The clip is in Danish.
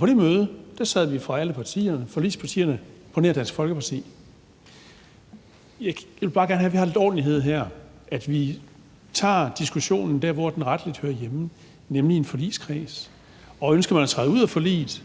på det møde sad vi fra alle partierne, forligspartierne, på nær Dansk Folkeparti. Jeg vil bare gerne have, at vi har lidt ordentlighed her, at vi tager diskussionen der, hvor den rettelig hører hjemme, nemlig i en forligskreds, og ønsker man at træde ud af forliget